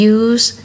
use